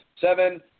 Seven